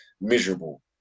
miserable